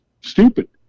stupid